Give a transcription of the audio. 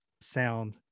sound